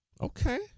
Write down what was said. Okay